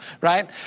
right